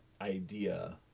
idea